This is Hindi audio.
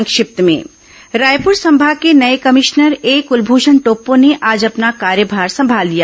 संक्षिप्त समाचार रायपुर संभाग के नये कभिश्नर ए कुलभूषण टोप्पो ने आज अपना कार्यभार संभाल लिया